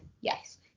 yes